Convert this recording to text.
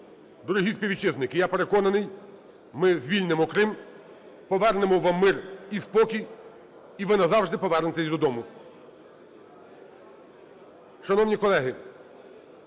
Дорогі співвітчизники, я переконаний, ми звільнимо Крим, повернемо вам мир і спокій - і ви назавжди повернетесь додому. Шановні колеги,